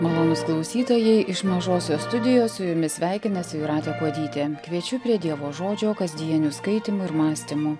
malonūs klausytojai iš mažosios studijos su jumis sveikinasi jūratė kuodytė kviečiu prie dievo žodžio kasdienių skaitymų ir mąstymų